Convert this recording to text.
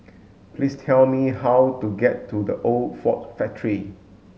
please tell me how to get to The Old Ford Factory